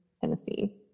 Tennessee